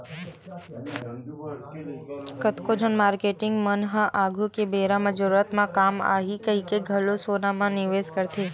कतको झन मारकेटिंग मन ह आघु के बेरा म जरूरत म काम आही कहिके घलो सोना म निवेस करथे